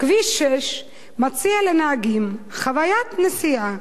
"כביש 6 מציע לנהגים חוויית נסיעה